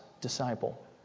disciple